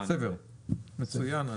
מצוין.